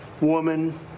woman